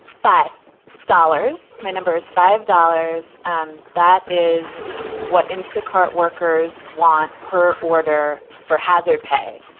five dollars? my number is five dollars. um that is what instacart workers want per order for hazard pay.